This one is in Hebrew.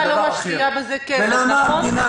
המדינה לא משקיעה בזה כסף, נכון?